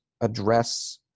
address